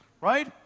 right